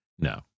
No